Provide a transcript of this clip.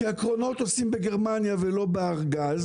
כי את הקרונות עושים בגרמניה ולא ב"ארגז"